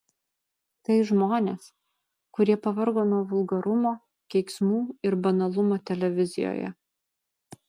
tai žmonės kurie pavargo nuo vulgarumo keiksmų ir banalumo televizijoje